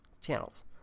channels